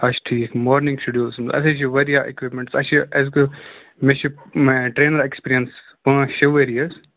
اَچھا ٹھیٖک morning schedules مَنٛز اَسے چھِ واریاہ اِکوِپمٮ۪نٛٹس اَسہِ چھِ اَسہِ گژھِ مےٚ چھِ ٹرینَر ایٚکسپیٖریَنس پانٛژ شےٚ ؤری حظ